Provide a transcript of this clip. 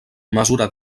mesura